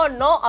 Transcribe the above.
no